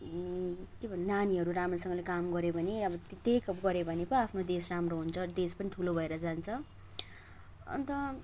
के भन्ने नानीहरू राम्रोसँगले काम गर्यो भने अब त्यति गर्यो भने पो आफ्नो देश राम्रो हुन्छ देश पनि ठुलो भएर जान्छ अन्त